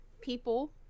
people